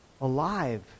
alive